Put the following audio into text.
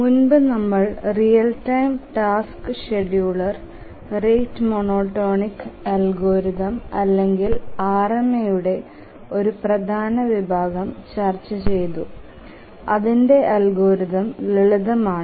മുമ്പ് നമ്മൾ real time task scheduler rate monotonic algorithm അല്ലെങ്കിൽ RMAയുടെ ഒരു പ്രധാന വിഭാഗം ചർച്ചചെയ്തു അതിന്റെ അൽഗോരിതം ലളിതമാണ്